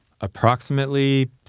Approximately